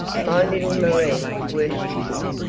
my little marie worshiped him.